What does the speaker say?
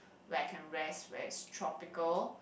where I can rest where it's tropical